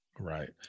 Right